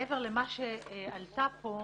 מעבר למה שעלה פה,